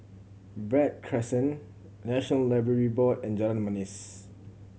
Verde Crescent National Library Board and Jalan Manis